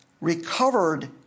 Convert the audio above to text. recovered